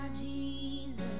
Jesus